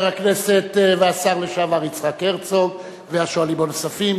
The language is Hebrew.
הכנסת והשר לשעבר יצחק הרצוג והשואלים הנוספים,